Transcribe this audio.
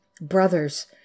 Brothers